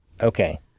Okay